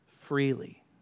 freely